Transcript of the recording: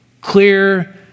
clear